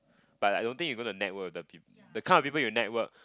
but I don't think you gonna network with the peo~ the kind of people you network